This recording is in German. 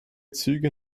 züge